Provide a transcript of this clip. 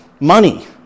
money